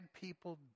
people